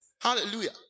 Hallelujah